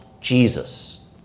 Jesus